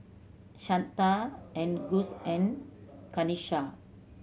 Shanda and Gus and Kanisha